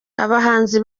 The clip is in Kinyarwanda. abahanzi